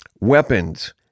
Weapons